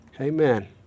Amen